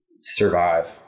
survive